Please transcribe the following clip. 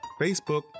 Facebook